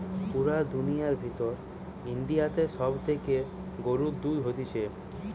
পুরা দুনিয়ার ভিতর ইন্ডিয়াতে সব থেকে গরুর দুধ হতিছে